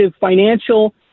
financial